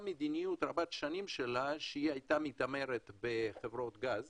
מדיניות רבת שנים שלה שהייתה מתעמרת בחברות גז